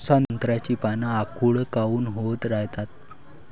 संत्र्याची पान आखूड काऊन होत रायतात?